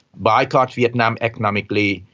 boycott vietnam economically,